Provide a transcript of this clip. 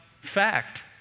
fact